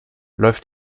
läuft